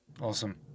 Awesome